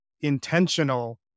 intentional